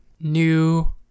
new